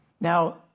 Now